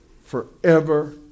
forever